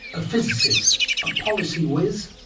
a physicist, a policy wiz,